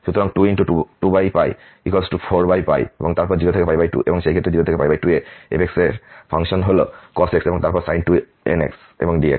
সুতরাং 2 ×24 এবং তারপর 0 থেকে 2 এবং সেই ক্ষেত্রে 0 থেকে 2 এ মান f এর ফাংশন হল cos x এবং তারপর sin 2nx এবং dx